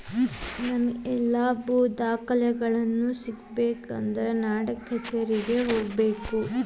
ನಮ್ಮ ಎಲ್ಲಾ ಭೂ ದಾಖಲೆಗಳು ಸಿಗಬೇಕು ಅಂದ್ರ ನಾಡಕಛೇರಿಗೆ ಹೋಗಬೇಕು